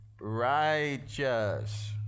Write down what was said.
righteous